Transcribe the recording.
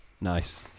Nice